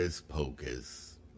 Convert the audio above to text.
pocus